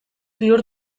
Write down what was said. bihur